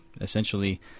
essentially